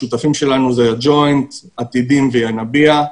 השותפים שלנו זה הג'וינט, עתידים וינביה.